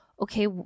okay